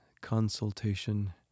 consultation